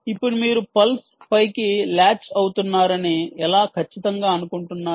ఇప్పుడు మీరు పల్స్ పైకి లాచ్ అవుతున్నారని ఎలా ఖచ్చితంగా అనుకుంటున్నారు